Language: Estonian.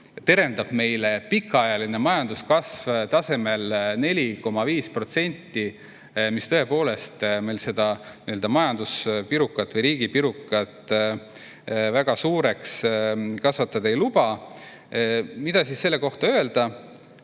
terendab meile pikaajaline majanduskasv tasemel 4,5%, mis majanduspirukat või riigipirukat väga suureks kasvatada ei luba. Mida selle kohta öelda?